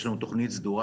יש לנו תוכנית סדורה,